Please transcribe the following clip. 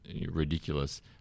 ridiculous